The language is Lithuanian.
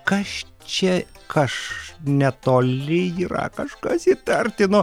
kaš čia aš netoli yra kažkas įtartino